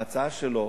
ההצעה שלו